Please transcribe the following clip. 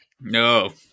No